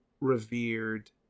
revered